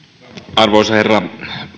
arvoisa herra